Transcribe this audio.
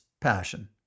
passion